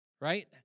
right